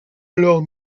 alors